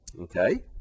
Okay